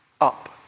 up